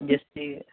just